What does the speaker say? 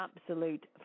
absolute